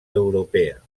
europea